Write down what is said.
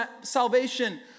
salvation